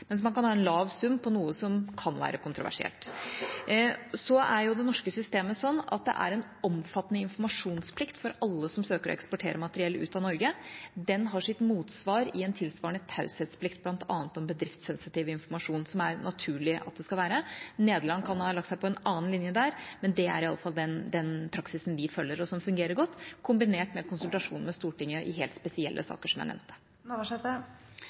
mens man kan ha en lav sum på noe som kan være kontroversielt. Det norske systemet er sånn at det er en omfattende informasjonsplikt for alle som søker å eksportere materiell ut av Norge. Den har sitt motsvar i en tilsvarende taushetsplikt, bl.a. om bedriftssensitiv informasjon, som det er naturlig at det skal være. Nederland kan ha lagt seg på en annen linje der, men det er den praksisen vi følger, som fungerer godt – kombinert med konsultasjon med Stortinget i helt spesielle saker, som jeg nevnte.